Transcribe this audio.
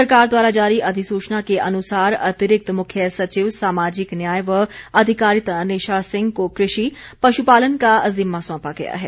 सरकार द्वारा जारी अधिसूचना के अनुसार अतिरिक्त मुख्य सचिव सामाजिक न्याय व अधिकारिता निशा सिंह को कृषि पशुपालन का जिम्मा सौंपा गया है